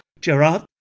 Gerard